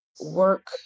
Work